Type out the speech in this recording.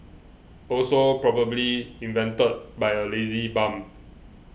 also probably invented by a lazy bum